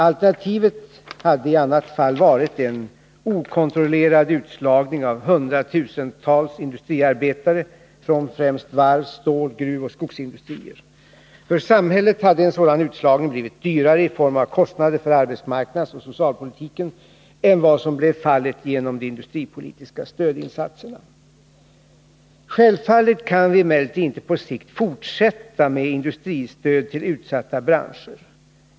Alternativet hade varit en okontrollerad utslagning av hundratusentals industriarbetare från främst varvs-, stål-, gruvoch skogsindustrier. För samhället hade en sådan utslagning blivit dyrare, i form av kostnader för arbetsmarknadsoch socialpolitiken, än vad som blev fallet genom de industripolitiska stödinsatserna. Självfallet kan vi emellertid inte på sikt fortsätta med industristöd till utsatta branscher.